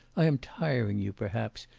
i am tiring you, perhaps,